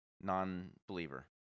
non-believer